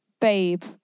Babe